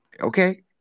Okay